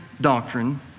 doctrine